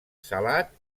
salat